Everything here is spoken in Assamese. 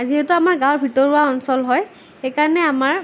যিহেতু আমাৰ গাঁৱৰ ভিতৰুৱা অঞ্চল হয় সেই কাৰণে আমাৰ